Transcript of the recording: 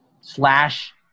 slash